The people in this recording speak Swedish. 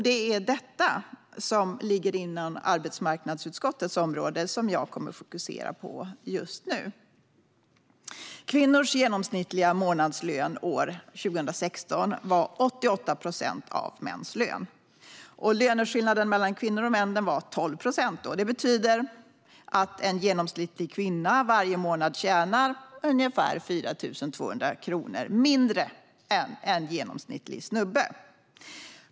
Det är detta, som ligger inom arbetsmarknadsutskottets område, som jag kommer att fokusera på just nu. Kvinnors genomsnittliga månadslön år 2016 var 88 procent av mäns lön. Löneskillnaden mellan kvinnor och män var 12 procent. Det betyder att en genomsnittlig kvinna varje månad tjänar ungefär 4 200 kronor mindre än en genomsnittlig snubbe.